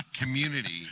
community